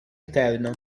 interno